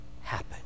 happen